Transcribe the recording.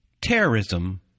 terrorism